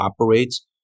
operates